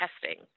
testing